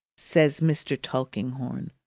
says mr. tulkinghorn,